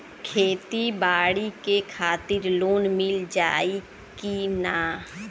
खेती बाडी के खातिर लोन मिल जाई किना?